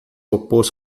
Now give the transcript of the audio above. opôs